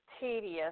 tedious